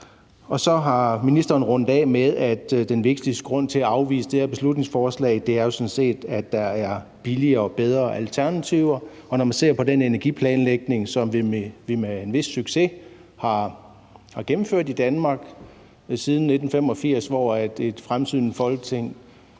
Så rundede ministeren af med at sige, at den vigtigste grund til at afvise det her beslutningsforslag sådan set er, at der er billigere og bedre alternativer, og når man ser på den energiplanlægning, som vi med en vis succes har gennemført i Danmark siden 1985, hvor et fremsynet Folketing